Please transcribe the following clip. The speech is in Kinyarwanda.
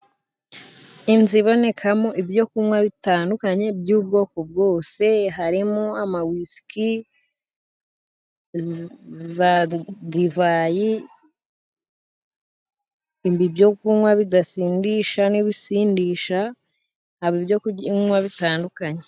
Inzu ibonekamo ibyo kunywa bitandukanye by'ubwoko bwose， harimo ama wisiki， za divayi， ibyo kunywa bidasindisha n'ibisindisha，haba ibyo kunywa bitandukanye.